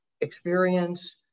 experience